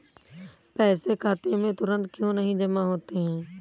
पैसे खाते में तुरंत क्यो नहीं जमा होते हैं?